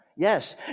Yes